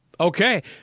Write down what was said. Okay